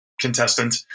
contestant